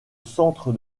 centre